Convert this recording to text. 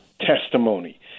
testimony